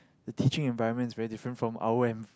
the teaching environment is very different from our env~